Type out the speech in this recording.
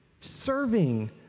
Serving